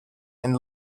and